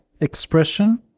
expression